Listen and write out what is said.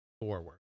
forward